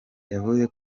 yavuze